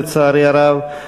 לצערי הרב,